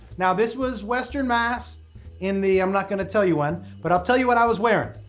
now this was western mass in the, i'm not gonna tell you when, but i'll tell you what i was wearing.